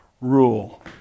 rule